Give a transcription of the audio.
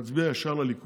עשית מה שעשית.